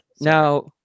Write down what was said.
Now